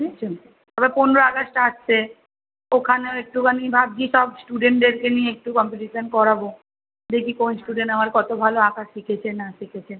বুঝেছো তবে পনেরো আগস্ট আসছে ওখানেও একটুখানি ভাবছি সব স্টুডেন্টদেরকে নিয়ে একটু কম্পিটিশান করবো দেখি কোন স্টুডেন্ট আমার কতো ভালো আঁকা শিখেছে না শিখেছে